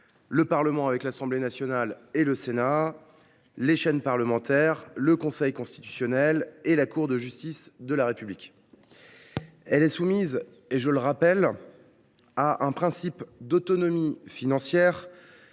le Parlement, avec l’Assemblée nationale et le Sénat, les chaînes parlementaires, le Conseil constitutionnel et la Cour de justice de la République. Elle est régie, je le rappelle, par un principe d’autonomie financière,